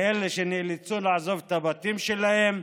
לאלה שנאלצו לעזוב את הבתים שלהם.